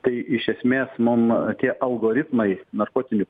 tai iš esmės mum tie algoritmai narkotinių